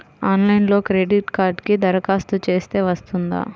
ఆన్లైన్లో క్రెడిట్ కార్డ్కి దరఖాస్తు చేస్తే వస్తుందా?